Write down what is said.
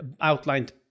outlined